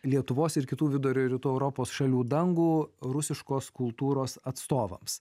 lietuvos ir kitų vidurio rytų europos šalių dangų rusiškos kultūros atstovams